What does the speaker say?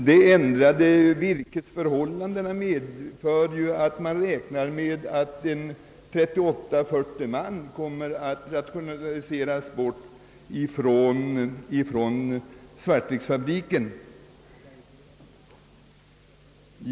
De ändrade virkesförhållandena gör tvärtom att man räknar med att rationalisera bort 38 å 40 man från fabriken.